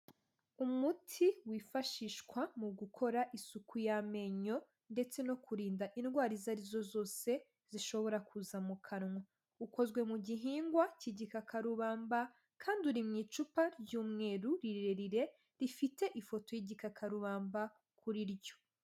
Umuti wifashishwa mu gukora isuku y'amenyo, ndetse no kurinda indwara izo arizo zose zishobora kuza mu kanwa. Ukozwe mu gihingwa k'igikakarubamba, kandi uri mu icupa ry'umweru rirerire, rifite ifoto y'igikakarubamba kuri ryo.